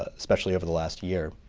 especially over the last year.